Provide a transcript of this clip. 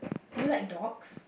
do you like dogs